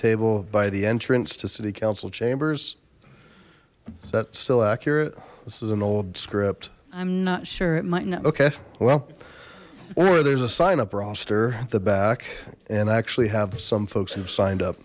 table by the entrance to city council chambers is that still accurate this is an old script i'm not sure it might not okay well or there's a sign up roster at the back and actually have some folks who have signed up